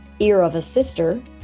earofasister